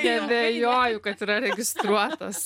neabejoju kad yra registruotas